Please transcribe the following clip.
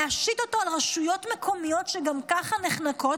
להשית אותו על רשויות מקומיות שגם כך ככה נחנקות?